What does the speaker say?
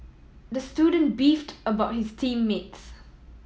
the student beefed about his team mates